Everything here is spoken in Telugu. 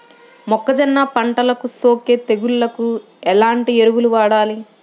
మొక్కజొన్న పంటలకు సోకే తెగుళ్లకు ఎలాంటి ఎరువులు వాడాలి?